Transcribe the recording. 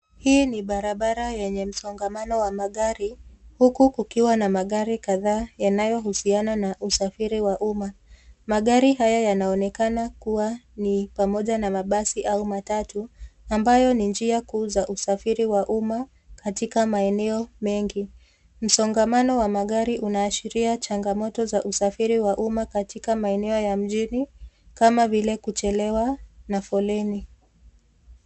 Hii ni barabara yenye msongamano wa magari huku kukiwa na magari kadhaa yanayohusiana na usafiri wa umma. Magari haya yanaonekana kuwa ni pamoja na mabasi au matatu, ambayo ni njia kuu za usafiri wa umma katika maeneo mengi. Msongamano wa magari unaashiria changamoto za usafiri wa umma katika maeneo ya mjini kama vile kuchelewa na foleni.